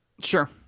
Sure